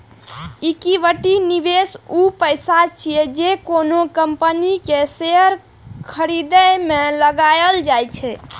equity निवेश ऊ पैसा छियै, जे कोनो कंपनी के शेयर खरीदे मे लगाएल जाइ छै